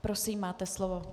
Prosím, máte slovo.